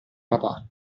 papà